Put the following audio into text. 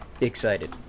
excited